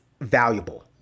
valuable